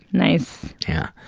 nice. yeah.